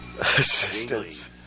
assistance